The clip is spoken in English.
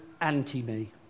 anti-me